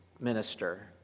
minister